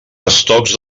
estocs